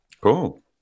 Cool